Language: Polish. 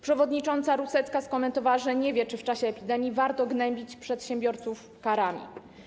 Przewodnicząca Rusecka skomentowała, że nie wie, czy w czasie epidemii warto gnębić przedsiębiorców karami.